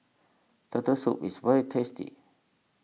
Turtle Soup is very tasty